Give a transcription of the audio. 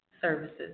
services